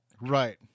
Right